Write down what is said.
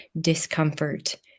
discomfort